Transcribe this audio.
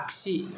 आख्सि